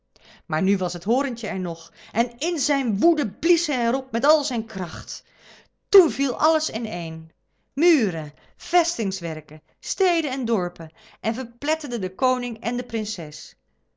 maar nu was het hoorntje er nog en in zijn woede blies hij er op met al zijn kracht toen viel alles ineen muren vestingwerken steden en dorpen en verpletterden den koning en de prinses